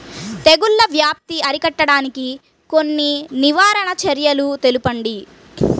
తెగుళ్ల వ్యాప్తి అరికట్టడానికి కొన్ని నివారణ చర్యలు తెలుపండి?